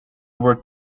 were